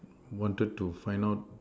wanted to find out